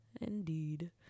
Indeed